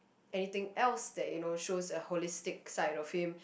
anything else that you know shows a holistic side of him